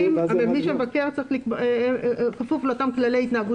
להיות בכפוף לאותם כללי התנהגות.